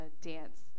dance